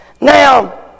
Now